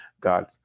god